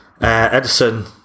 Edison